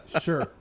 sure